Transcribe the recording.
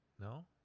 No